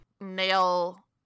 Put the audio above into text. nail